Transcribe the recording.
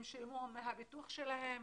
הם שילמו מהביטוח שלהם,